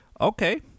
Okay